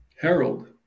Harold